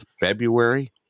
February